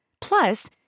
Plus